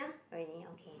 already okay